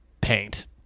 paint